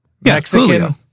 Mexican